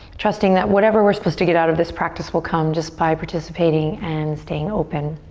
trusting that whatever we're supposed to get out of this practice will come just by participating and staying open.